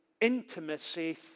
intimacy